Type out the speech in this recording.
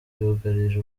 yugarije